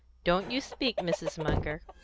don't you speak, mrs. munger!